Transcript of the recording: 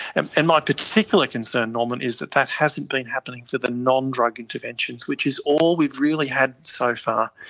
and and my particular concern, norman, is that that hasn't been happening for the non-drug interventions, which is all we've really had so far.